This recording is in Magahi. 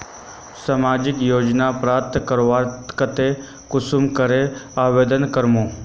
सामाजिक योजना प्राप्त करवार केते कुंसम करे आवेदन करूम?